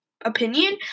opinion